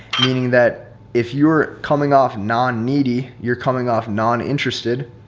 meaning that if you're coming off non-needy, you're coming off non-interested,